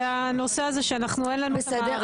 זה הנושא הזה שאנחנו אין לנו --- בסדר,